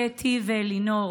קטי ואלינור,